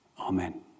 Amen